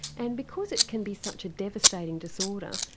and because it can be such a devastating disorder,